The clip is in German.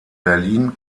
berlin